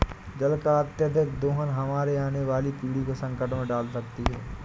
जल का अत्यधिक दोहन हमारे आने वाली पीढ़ी को संकट में डाल सकती है